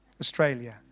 Australia